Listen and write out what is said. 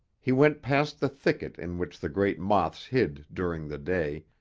he went past the thicket in which the great moths hid during the day,